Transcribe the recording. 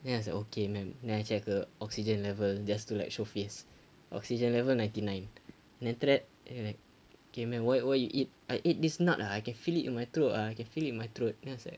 then I was like okay madam and then I check her oxygen level just to like show face oxygen level ninety nine and then after that then like okay madam what what you eat I ate this nut ah I can feel it in my throat ah I can feel it in my throat then I was like